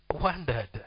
wondered